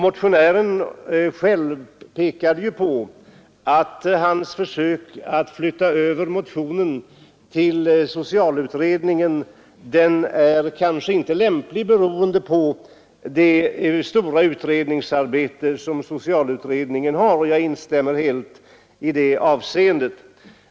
Motionären själv pekade på att hans försök att flytta över motionen till socialutredningen inte var lämpligt beroende på socialutredningens stora arbete. Jag instämmer helt i detta.